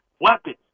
Weapons